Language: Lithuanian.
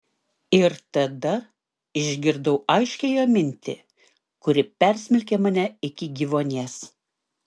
ir tada išgirdau aiškią jo mintį kuri persmelkė mane iki gyvuonies